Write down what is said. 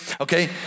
Okay